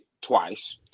twice